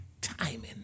timing